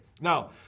Now